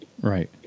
Right